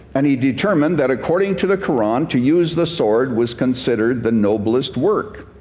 and he determined that according to the quran to use the sword was considered the noblest work.